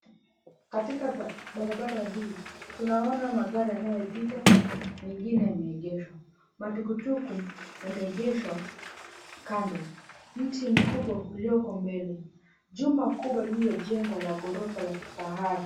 Katika barabara hii tunaona magari yanayopita mengine yameegeshwa. Matukutuku yameegeshwa kando. Mti mkubwa ulioko mbele. Jumba kubwa lililojengwa la gorofa la kifahari.